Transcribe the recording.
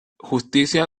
justicia